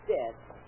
Dead